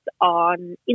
on